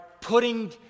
putting